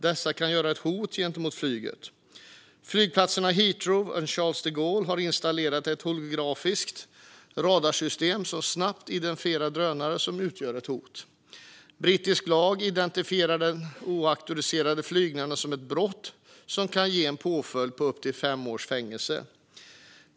Dessa kan utgöra ett hot mot flyget. Flygplatserna Heathrow och Charles de Gaulle har installerat ett holografiskt radarsystem som snabbt identifierar drönare som utgör ett hot. Brittisk lag identifierar de oauktoriserade flygningarna som ett brott som kan ge en påföljd på upp till fem års fängelse.